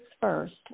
first